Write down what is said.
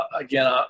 again